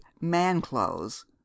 man-clothes